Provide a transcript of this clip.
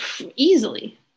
Easily